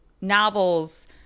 novels